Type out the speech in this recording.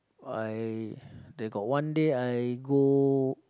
I there got one day I go